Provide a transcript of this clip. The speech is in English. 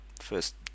first